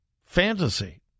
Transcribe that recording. fantasy